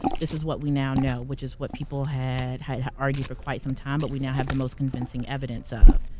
this is what we now know, which is what people had had argued for quite some time, but we now have the most convincing evidence of.